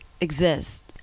exist